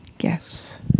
Yes